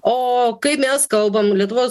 o kai mes kalbam lietuvos